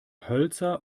hölzer